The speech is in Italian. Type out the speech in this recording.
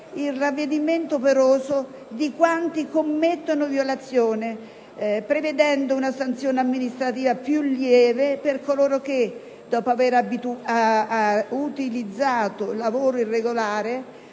il ravvedimento operoso di quanti commettono violazioni, prevedendo una sanzione amministrativa più lieve per coloro che, dopo aver utilizzato lavoro irregolare,